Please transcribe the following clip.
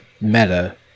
meta